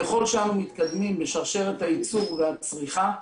ככל שאנו מתקדמים בשרשרת הייצור והצריכה,